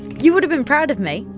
you would have been proud of me.